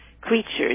creatures